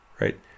right